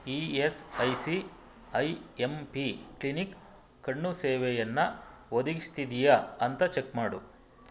ಈ S I C I M P clinic ಕಣ್ಣು ಸೇವೆಯನ್ನು ಒದಗಿಸ್ತಿದೆಯಾ ಅಂತ ಚೆಕ್ ಮಾಡು